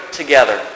together